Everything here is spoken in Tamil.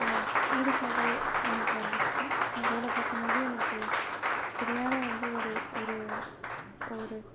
ஈடுபாடு எனக்கு வந்துச்சு வேலை பார்க்கும்போது எனக்கு சரியான வந்து ஒரு ஒரு ஒரு